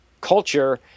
culture